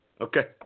Okay